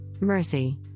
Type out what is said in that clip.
Mercy